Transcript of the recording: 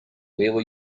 will